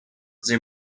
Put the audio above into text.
they